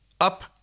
Up